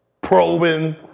probing